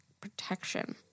protection